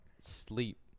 sleep